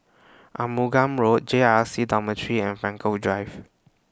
Arumugam Road J R C Dormitory and Frankel Drive